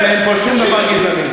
אין פה שום דבר גזעני.